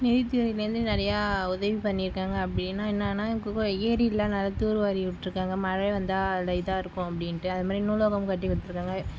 நிதிதுறையிலந்து நிறைய உதவி பண்ணியிருக்காங்க அப்படின்னா என்னானா ஏரில்லாம் நல்லா தூர்வாரி விட்ருக்காங்க மழை வந்தா அதில் இதாக இருக்கும் அப்படின்டு அதுமாதிரி நூலகம் கட்டி கொடுத்துருக்காங்க